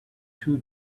too